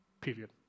Period